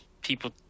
people